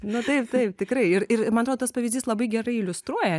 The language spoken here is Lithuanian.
nu taip taip tikrai ir ir man atrodo tas pavyzdys labai gerai iliustruoja